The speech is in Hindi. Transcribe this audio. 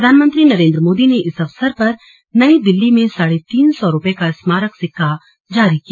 प्रधानमंत्री नरेन्द्र मोदी ने इस अवसर पर नई दिल्ली में साढ़े तीन सौ रुपये का स्मारक सिक्का जारी किया